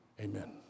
Amen